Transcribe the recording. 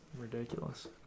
ridiculous